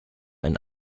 einen